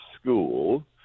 school